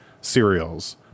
cereals